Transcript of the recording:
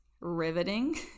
riveting